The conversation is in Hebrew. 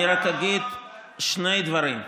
אני רק אגיד שני דברים: